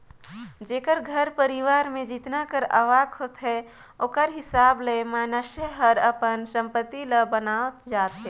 जेकर घर परिवार में जेतना कर आवक होथे ओकर हिसाब ले मइनसे हर अपन संपत्ति ल बनावत जाथे